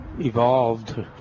evolved